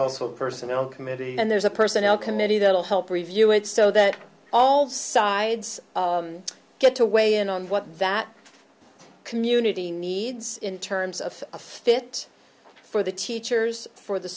also a personal committee and there's a personnel committee that will help review it so that all sides get to weigh in on what that community needs in terms of a fit for the teachers for the